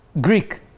Greek